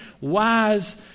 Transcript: wise